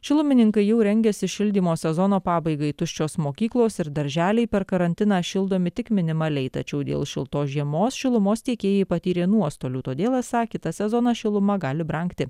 šilumininkai jau rengiasi šildymo sezono pabaigai tuščios mokyklos ir darželiai per karantiną šildomi tik minimaliai tačiau dėl šiltos žiemos šilumos tiekėjai patyrė nuostolių todėl esą kitą sezoną šiluma gali brangti